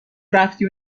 رفتی